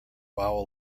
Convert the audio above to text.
vowel